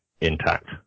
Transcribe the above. intact